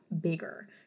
bigger